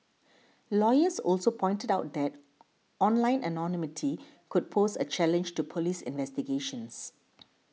lawyers also pointed out that online anonymity could pose a challenge to police investigations